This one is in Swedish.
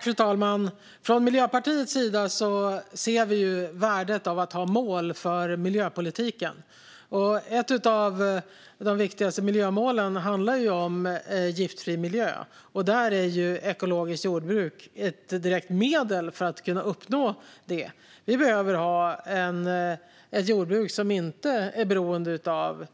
Fru talman! Från Miljöpartiets sida ser vi värdet av att ha mål för miljöpolitiken. Ett av de viktigaste miljömålen handlar om giftfri miljö, och där är ekologiskt jordbruk ett direkt medel för att kunna uppnå det. Vi behöver ha ett jordbruk som inte är lika beroende av